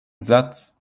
satz